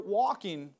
walking